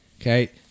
Okay